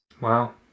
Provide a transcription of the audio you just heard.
Wow